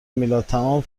میلاد، تمام